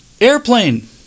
airplane